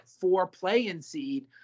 four-play-in-seed